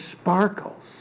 sparkles